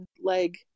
leg